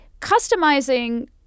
customizing